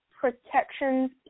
protections